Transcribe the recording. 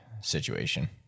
situation